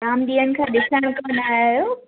जामु ॾींहं खां ॾिसणु कोन आया अहियो